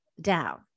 down